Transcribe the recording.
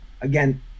Again